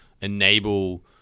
enable